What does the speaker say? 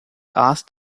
asked